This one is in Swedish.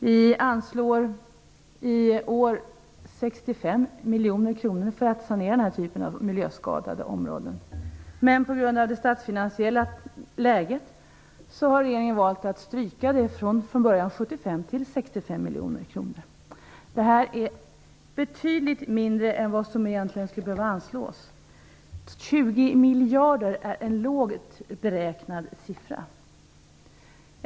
Vi anslår i år 65 miljoner kronor för att sanera den typen av miljöskadade områden. På grund av det statsfinansiella läget har regeringen valt att minska anslaget från 75 till 65 miljoner kronor. Det är betydligt mindre än vad som egentligen skulle behöva anslås; 20 miljarder är lågt räknat.